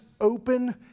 open